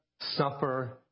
suffer